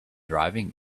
driving